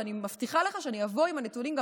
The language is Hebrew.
ואני מבטיחה לך שאני אבוא עם הנתונים גם